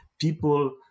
people